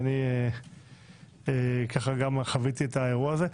גם חוויתי את האירוע הזה.